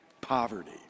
poverty